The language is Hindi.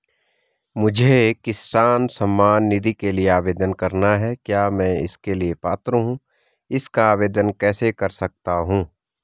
मुझे किसान सम्मान निधि के लिए आवेदन करना है क्या मैं इसके लिए पात्र हूँ इसका आवेदन कैसे कर सकता हूँ?